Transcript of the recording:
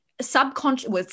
subconscious